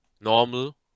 normal